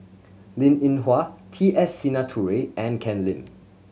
Linn In Hua T S Sinnathuray and Ken Lim